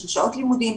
של שעות לימודים,